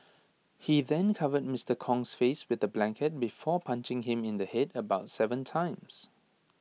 he then covered Mister Kong's face with A blanket before punching him in the Head about Seven times